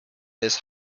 this